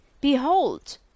Behold